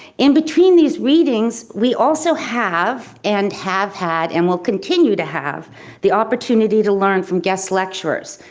in between these readings we also have and have had and will continue to have the opportunity to learn from guest lecturers,